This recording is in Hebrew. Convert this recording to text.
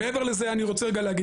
מעבר לזה אני רוצה להגיד,